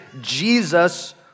Jesus